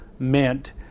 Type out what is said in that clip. meant